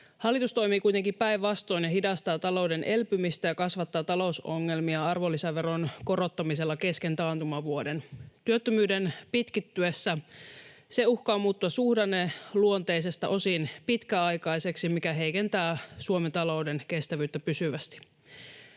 Hallitus toimii kuitenkin päinvastoin ja hidastaa talouden elpymistä ja kasvattaa talousongelmia arvonlisäveron korottamisella kesken taantumavuoden. Työttömyyden pitkittyessä se uhkaa muuttua suhdanneluonteisesta osin pitkäaikaiseksi, mikä heikentää Suomen talouden kestävyyttä pysyvästi.